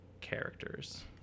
characters